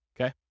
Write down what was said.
okay